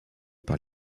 par